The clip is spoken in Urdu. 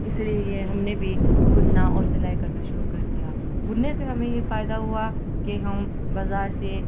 اس لیے ہم نے بھی بننا اور سلائی کرنا شروع کر دیا بننے سے ہمیں یہ فائدہ ہوا کہ ہم بازار سے